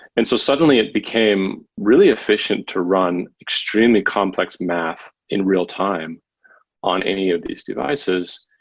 and so suddenly, it became really efficient to run extremely complex math in real-time on any of these devices,